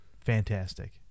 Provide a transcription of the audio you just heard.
fantastic